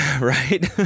Right